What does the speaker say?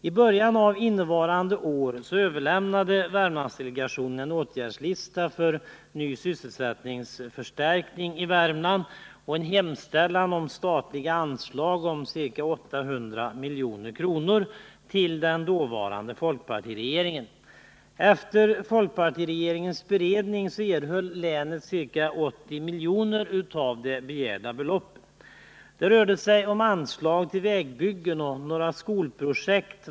I början av innevarande år överlämnade Värmlandsdelegationen en åtgärdslista för sysselsättningsförstärkning i Värmland, och man hemställde hos den dåvarande folkpartiregeringen om statliga anslag på ca 800 milj.kr. Efter folkpartiregeringens beredning erhöll länet ca 80 milj.kr. av det begärda beloppet. Det rörde sig om anslag till vägbyggen och några skolprojekt.